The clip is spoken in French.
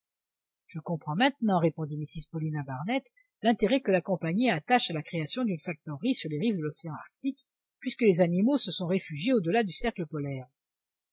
je comprends maintenant répondit mrs paulina barnett l'intérêt que la compagnie attache à la création d'une factorerie sur les rives de l'océan arctique puisque les animaux se sont réfugiés au-delà du cercle polaire